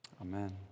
Amen